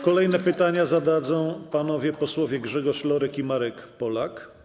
Kolejne pytanie zadadzą panowie posłowie Grzegorz Lorek i Marek Polak.